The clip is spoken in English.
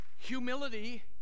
Humility